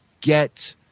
get